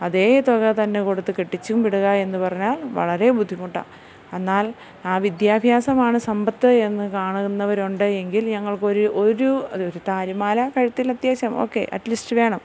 അതേ തുക തന്നെ കൊടുത്ത് കെട്ടിച്ചും വിടുക എന്ന് പറഞ്ഞാൽ വളരെ ബുദ്ധിമുട്ടാണ് എന്നാൽ ആ വിദ്യാഭ്യാസമാണ് സമ്പത്ത് എന്ന് കാണുന്നവര് ഒണ്ട് എങ്കിൽ ഞങ്ങൾക്ക് ഒര് ഒരു താലിമാല കഴുത്തിൽ അത്യാവശ്യം ഓക്കേ അറ്റ്ലീസ്റ്റ് വേണം